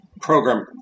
program